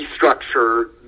restructure